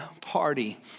party